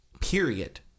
Period